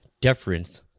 deference